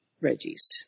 Reggie's